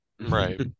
right